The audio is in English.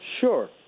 Sure